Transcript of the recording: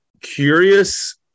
curious